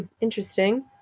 interesting